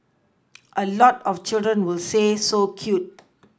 a lot of children will say so cute